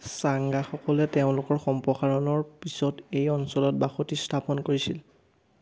চাংগাসকলে তেওঁলোকৰ সম্প্ৰসাৰণৰ পিছত এই অঞ্চলত বসতি স্থাপন কৰিছিল